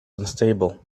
unstable